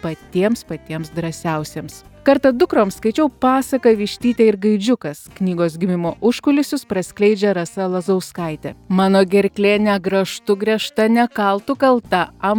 patiems patiems drąsiausiems kartą dukroms skaičiau pasaką vištytė ir gaidžiukas knygos gimimo užkulisius praskleidžia rasa lazauskaitė mano gerklė ne grąžtu gręžta ne kaltu kalta am